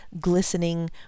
glistening